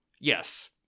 Yes